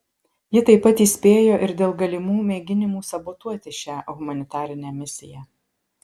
ji taip pat įspėjo ir dėl galimų mėginimų sabotuoti šią humanitarinę misiją